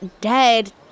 dead